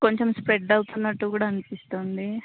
కొంచెం స్ప్రెడ్ అవుతున్నట్టు కూడా అనిపిస్తోంది